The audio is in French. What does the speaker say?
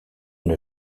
une